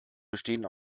bestehen